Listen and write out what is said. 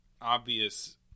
Obvious